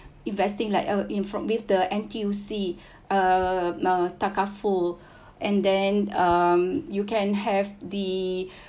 investing like uh in from with the N_T_U_C uh uh takaful and then um you can have the